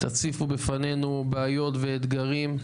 תציפו בפנינו בעיות ואתגרים.